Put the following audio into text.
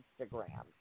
Instagram